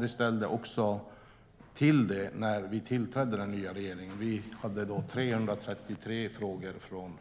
Det ställde till det när den nya regeringen tillträdde. Vi hade då 333 frågor från